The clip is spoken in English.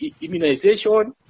immunization